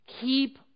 keep